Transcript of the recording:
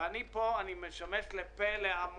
מבין שהיה פה אתמול דיון שנבצר ממני להיות בו,